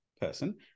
person